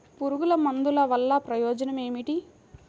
పురుగుల మందుల వల్ల ప్రయోజనం ఏమిటీ?